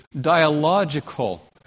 dialogical